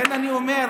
לכן אני אומר,